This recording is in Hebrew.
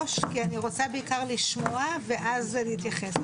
כי אני רוצה בעיקר לשמוע ואז אני אתייחס.